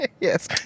Yes